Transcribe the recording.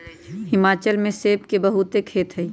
हिमाचल में सेब के बहुते खेत हई